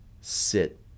sit